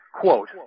Quote